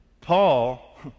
Paul